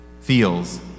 feels